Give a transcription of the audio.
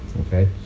okay